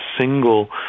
single